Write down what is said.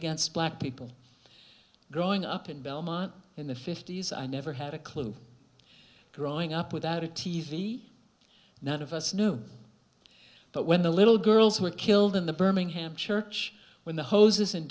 against black people growing up in belmont in the fifty's i never had a clue growing up without a t v not of us no but when the little girls were killed in the birmingham church when the hoses and